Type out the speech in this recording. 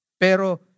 Pero